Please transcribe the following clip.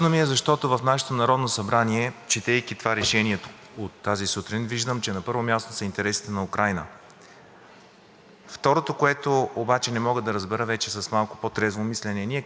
Второто, което не мога да разбера, вече с малко по-трезво мислене, ние как ще компенсираме един основен елемент, който до момента сме имали. Това е отношението на два народа – българския и руския,